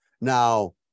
Now